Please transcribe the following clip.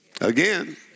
Again